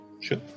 Sure